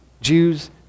Jews